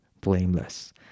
blameless